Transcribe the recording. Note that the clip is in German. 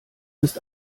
ist